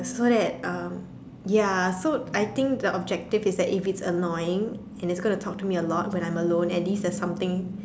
so that um ya so I think the objective is that if it's annoying and it's gonna talk to me a lot when I'm alone at least there's something